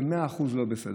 זה 100% לא בסדר.